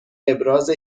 ابراز